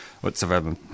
whatsoever